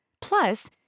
Plus